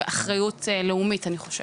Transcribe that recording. ואחריות לאומית אני חושבת.